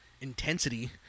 intensity